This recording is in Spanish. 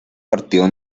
partido